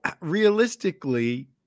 realistically